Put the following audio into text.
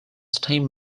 team